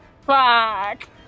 Fuck